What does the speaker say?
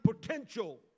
potential